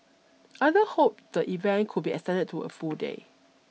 other hoped the event could be extended to a full day